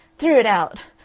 threw it out.